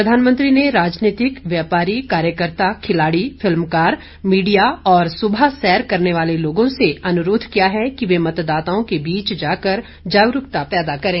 प्रधानमंत्री ने राजनीतिक व्यापारी कार्यकर्ता खिलाड़ी फिल्मकार मीडिया और सुबह सैर करने वाले लोगो से अनुरोध किया है कि वे मतदाताओं के बीच में जागरूकता पैदा करें